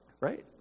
right